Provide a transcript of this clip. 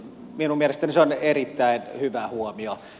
minun mielestäni se on erittäin hyvä huomio